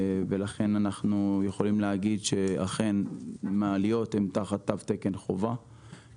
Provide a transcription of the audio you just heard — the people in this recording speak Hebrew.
ולכן אנחנו יכולים להגיד שאכן מעליות הן תחת תו תקן חובה,